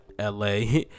LA